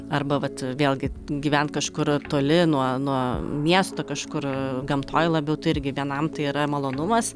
arba vat vėlgi gyvent kažkur toli nuo nuo miesto kažkur gamtoj labiau tai irgi vienam tai yra malonumas